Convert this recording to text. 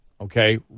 Okay